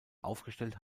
aufgestellt